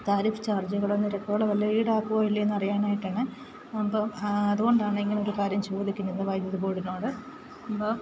tariff ചാർജ്ജുകളോ നിരക്കുകളോ വല്ലോ ഈടാക്കോ ഇല്ലയോ എന്നറിയാനായിട്ടാണ് അപ്പം അതുകൊണ്ടാണ് ഇങ്ങനെയൊരു കാര്യം ചോദിക്കുന്നത് വൈദ്യുതി ബോർഡിനോട് അപ്പോൾ